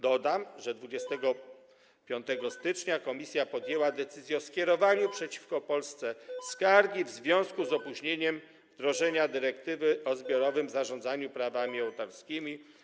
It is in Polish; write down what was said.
Dodam, że 25 stycznia Komisja podjęła decyzję o skierowaniu przeciwko Polsce skargi w związku z opóźnieniem wdrożenia dyrektywy o zbiorowym zarządzaniu prawami autorskimi.